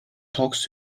talks